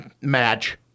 match